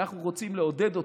אנחנו רוצים לעודד אותו,